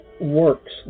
works